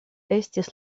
estis